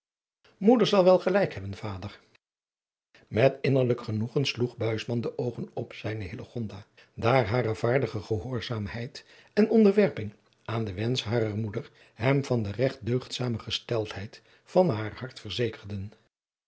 moeder zal wel gelijk hebben vader met innerlijk genoegen sloeg buisman de oogen op zijne hillegonda daar hare vaardige gehoorzaamheid en onderwerping aan den wensch harer moeder hem van de regt deugdzame gesteldheid van haar hart verzekerden